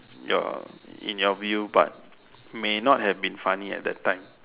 your in your view but may not have been funny at that time